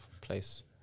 place